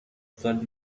flood